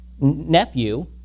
nephew